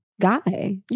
guy